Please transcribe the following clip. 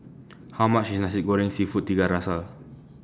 How much IS Nasi Goreng Seafood Tiga Rasa